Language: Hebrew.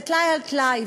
זה טלאי על טלאי,